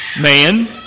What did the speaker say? man